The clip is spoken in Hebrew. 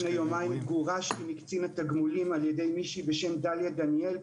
לפני יומיים גורשתי מקצין התגמולים על ידי מישהי בשם דליה דניאל,